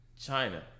China